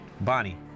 Bonnie